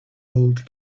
old